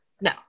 No